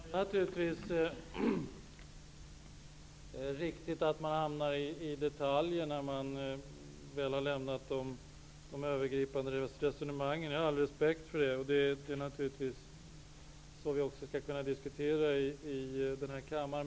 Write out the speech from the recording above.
Fru talman! Det är naturligtvis riktigt att man hamnar i detaljer, när man väl har lämnat de övergripande resonemangen. Jag har all respekt för detta. Det är naturligtvis också på det sättet vi skall kunna diskutera i den här kammaren.